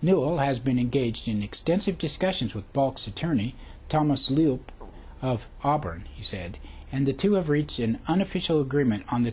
newell has been engaged in extensive discussions with box attorney thomas loop of auburn he said and the two have reached an unofficial agreement on the